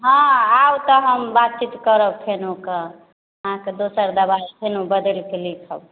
हँ आउ तऽ हम बातचीत करब फेरो ओहिके अहाँके दोसर दवाइ फेरो बदलि कऽ लिखब